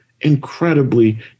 incredibly